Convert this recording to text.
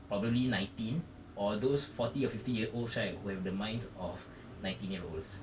probably nineteen or those forty or fifty year old right who have the minds of nineteen year olds